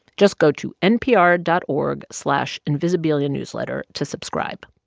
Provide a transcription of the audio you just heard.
just go to npr dot org slash invisibilianewsletter to subscribe